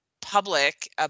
public